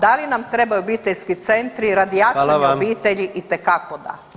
Da li nam trebaju obiteljski centri radi jačanja [[Upadica: Hvala vam.]] obitelji, itekako da.